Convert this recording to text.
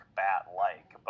bat-like